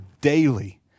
daily